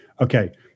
okay